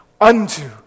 unto